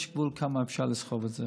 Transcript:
יש גבול כמה אפשר לסחוב את זה.